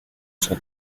son